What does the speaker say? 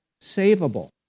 savable